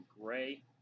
Gray